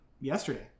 Yesterday